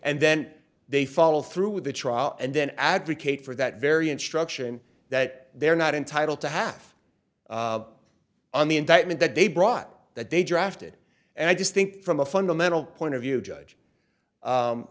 and then they follow through with the trial and then advocate for that very instruction that they're not entitled to have on the indictment that they brought that they drafted and i just think from a fundamental point of view judge